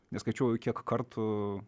neskaičiuoju kiek kartų